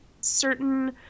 Certain